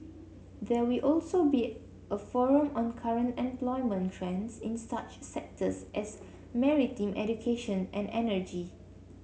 there will also be a forum on current employment trends in such sectors as maritime education and energy